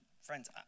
Friends